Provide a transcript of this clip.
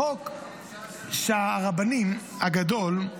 בחוק הרבנים הגדול,